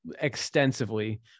extensively